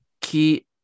Key